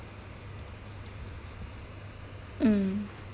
mm